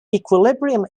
equilibrium